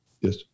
Yes